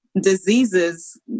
diseases